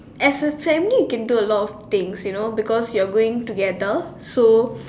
as a family you can do a lot of things you know because you are going together so